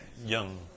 young